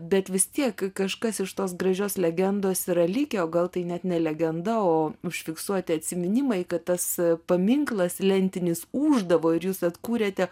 bet vis tiek kažkas iš tos gražios legendos yra likę o gal tai net ne legenda o užfiksuoti atsiminimai kad tas paminklas lentinis ūždavo ir jūs atkūrėte